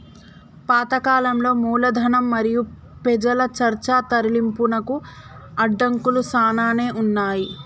పాత కాలంలో మూలధనం మరియు పెజల చర్చ తరలింపునకు అడంకులు సానానే ఉన్నాయి